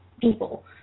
people